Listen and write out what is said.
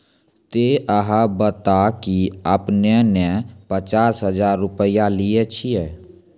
ते अहाँ बता की आपने ने पचास हजार रु लिए छिए?